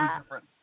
different